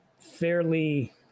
fairly